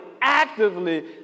actively